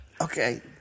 Okay